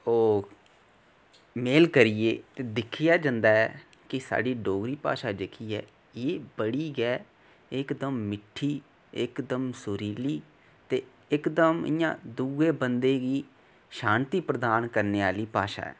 ओह् मेल करियै दिक्खेआ जंदा ऐ की साढ़ी डोगरी भाशा जेह्की ऐ एह् बड़ी गै इकदम मिट्ठी इकदम सुरीली ते इकदम इयां दुए बंदे गी शांति प्रधान करने आह्ली भाशा ऐ